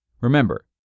Remember